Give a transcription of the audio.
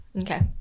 Okay